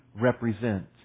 represent